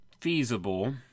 feasible